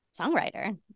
songwriter